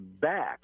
back